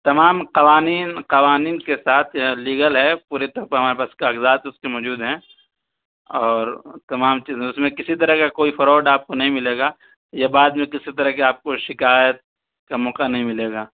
تمام قوانین قوانین کے ساتھ لیگل ہے پورے طور پر ہمارے پاس کاغذات اس کے موجود ہیں اور تمام چیزیں اس میں کسی طرح کا کوئی فراڈ آپ کو نہیں ملے گا یا بعد میں کسی طرح کی آپ کو شکایت کا موقع نہیں ملے گا